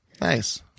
Nice